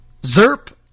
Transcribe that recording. ZERP